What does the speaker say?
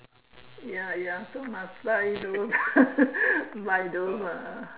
ya ya so must buy those buy those ah